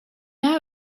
now